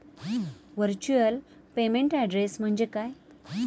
Virtual payment address म्हणजे काय?